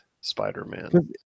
Spider-Man